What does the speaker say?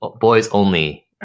boys-only